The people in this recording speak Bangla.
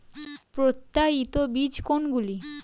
প্রত্যায়িত বীজ কোনগুলি?